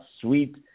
Sweet